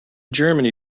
germany